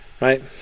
Right